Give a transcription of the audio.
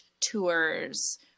tours